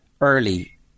early